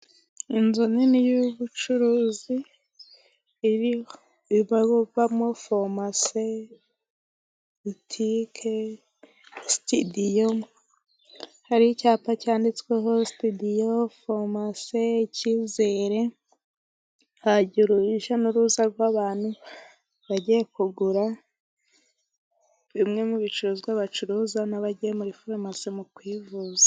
inzu nini y'ubucuruzi, iri ibabamo farumase, butike, sitidiyo, hari icyapa cyanditsweho, sitidiyo farumase icyizere, hagira urujya n'uruza rw'abantu, bagiye kugura bimwe mu bicuruzwa bacuruza, n'abagiye muri farumase mu kwivuza.